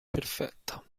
perfetta